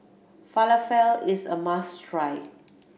falafel is a must try